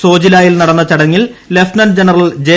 സോജിലായിൽ നടന്ന ചടങ്ങിൽ lieutenant general J